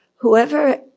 whoever